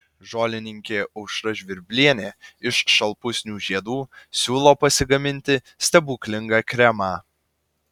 žolininkė aušra žvirblienė iš šalpusnių žiedų siūlo pasigaminti stebuklingą kremą